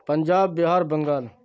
Punjab Bihar Bengal